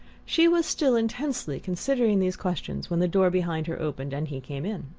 she was still intensely considering these questions when the door behind her opened and he came in.